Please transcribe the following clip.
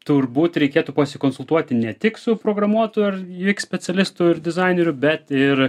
turbūt reikėtų pasikonsultuoti ne tik su programuotoju ar x specialistu ir dizaineriu bet ir